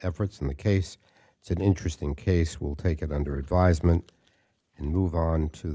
efforts in the case it's an interesting case will take it under advisement and move on to